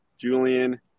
Julian